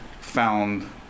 found